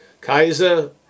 Kaiser